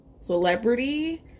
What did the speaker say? celebrity